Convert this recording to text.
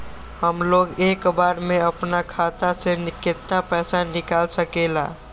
हमलोग एक बार में अपना खाता से केतना पैसा निकाल सकेला?